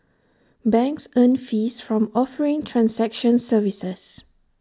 banks earn fees from offering transaction services